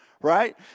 right